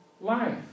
life